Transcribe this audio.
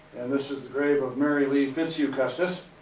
and this is the grave of mary lee fitzhugh custis.